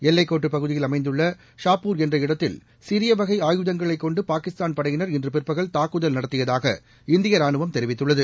எல்லைக்கோட்டு பகுதியில் அமைந்துள்ள ஷாப்பூர் என்ற இடத்தில் சிறிய வகை ஆயுதங்களை கொண்டு பாகிஸ்தான் படையினா் இன்று பிற்பகல் தாக்குதல் நடத்தியதாக இந்திய ரானுவம் தெரிவித்துள்ளது